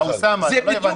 אוסאמה, לא הבנת.